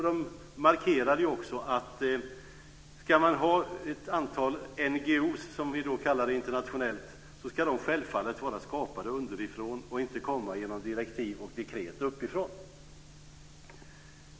De markerade också att ska man ha ett antal NGO:er, som vi kallar det internationellt, ska dessa självfallet vara skapade underifrån och inte komma genom direktiv och dekret uppifrån.